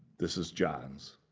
this is johns.